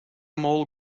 mole